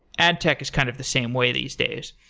adtech is kind of the same way these days.